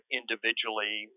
individually